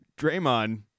Draymond